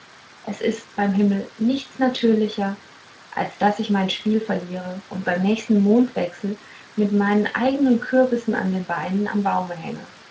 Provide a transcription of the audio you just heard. es ist beim himmel nichts natürlicher als daß ich mein spiel verliere und beim nächsten mondwechsel mit meinen eignen kürbissen an den beinen am baume hänge